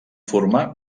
formar